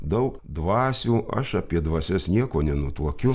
daug dvasių aš apie dvasias nieko nenutuokiu